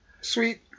Sweet